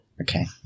Okay